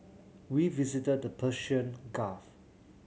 we visited the Persian Gulf